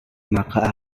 maka